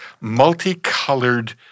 multicolored